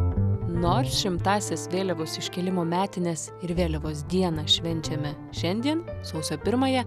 nors šimtąsias vėliavos iškėlimo metines ir vėliavos dieną švenčiame šiandien sausio pirmąją